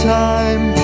time